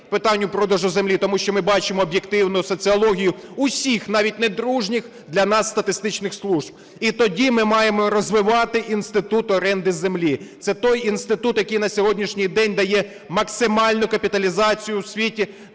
питанню продажу землі, тому що ми бачимо об'єктивну соціологію усіх, навіть недружніх для нас, статистичних служб. І тоді ми маємо розвивати інститут оренди землі – це той інститут, який на сьогоднішній день дає максимальну капіталізацію в світі